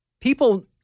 people